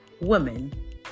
women